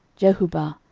jehubbah,